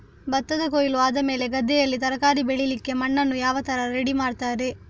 ಭತ್ತದ ಕೊಯ್ಲು ಆದಮೇಲೆ ಗದ್ದೆಯಲ್ಲಿ ತರಕಾರಿ ಬೆಳಿಲಿಕ್ಕೆ ಮಣ್ಣನ್ನು ಯಾವ ತರ ರೆಡಿ ಮಾಡ್ತಾರೆ?